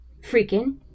freaking